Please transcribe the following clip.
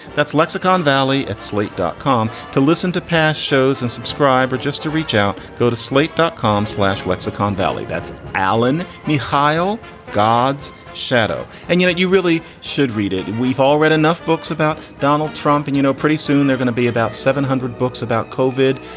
that's lexicon valley, at slate dotcom, to listen to past shows and subscribe or just to reach out, go to slate dotcom slash lexicon valley. that's alan mihail god's shadow. and you know, you really should read it. we've all read enough books about donald trump and, you know, pretty soon they're going to be about seven hundred books about covid.